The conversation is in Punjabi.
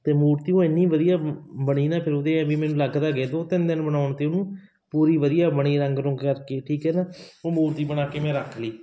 ਅਤੇ ਮੂਰਤੀ ਉਹ ਇੰਨੀ ਵਧੀਆ ਬਣੀ ਨਾ ਫਿਰ ਉਹਦੇ ਐਂ ਵੀ ਮੈਨੂੰ ਲੱਗ ਤਾਂ ਗਏ ਦੋ ਤਿੰਨ ਦਿਨ ਬਣਾਉਣ 'ਤੇ ਉਹਨੂੰ ਪੂਰੀ ਵਧੀਆ ਬਣੀ ਰੰਗ ਰੁੰਗ ਕਰਕੇ ਠੀਕ ਹੈ ਨਾ ਉਹ ਮੂਰਤੀ ਬਣਾ ਕੇ ਮੈਂ ਰੱਖ ਲਈ